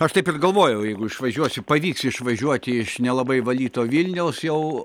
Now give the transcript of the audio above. aš taip ir galvojau jeigu išvažiuosiu pavyks išvažiuoti iš nelabai valyto vilniaus jau